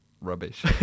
Rubbish